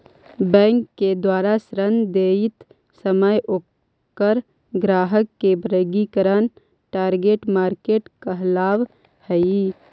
bank के द्वारा ऋण देइत समय ओकर ग्राहक के वर्गीकरण टारगेट मार्केट कहलावऽ हइ